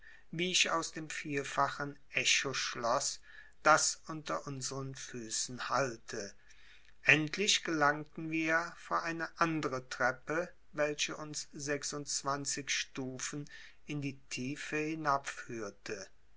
wie ich aus dem vielfachen echo schloß das unter unsern füßen hallte endlich gelangten wir vor eine andere treppe welche uns sechsundzwanzig stufen in die tiefe